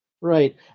Right